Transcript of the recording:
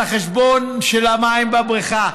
על החשבון של המים בבריכה.